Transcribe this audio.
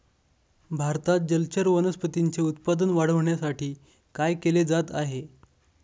भारतात जलचर वनस्पतींचे उत्पादन वाढविण्यासाठी काय केले जात आहे?